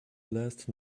blast